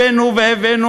הבאנו והבאנו,